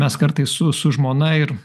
mes kartais su su žmona ir